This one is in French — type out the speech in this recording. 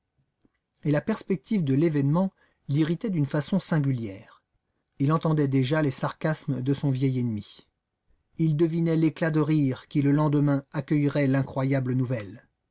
et la perspective de l'événement l'irritait d'une façon singulière il entendait déjà les sarcasmes de son vieil ennemi il devinait l'éclat de rire qui le lendemain accueillerait l'incroyable nouvelle